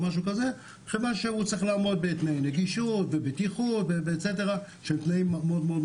צריך לעמוד בתנאי נגישות ובטיחות מחמירים.